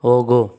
ಹೋಗು